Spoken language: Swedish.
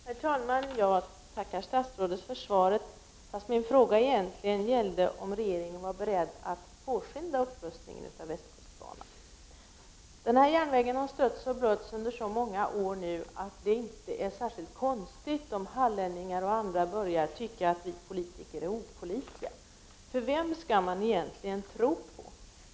Herr talman! Jag tackar statsrådet för svaret, fast min fråga egentligen gällde om regeringen var beredd att påskynda upprustningen av västkustbanan. Frågan om denna järnväg har nu stötts och blötts under så många år att det inte är särskilt konstigt om hallänningar och andra börjar tycka att vi politiker är opålitliga. Vem skall man egentligen tro på?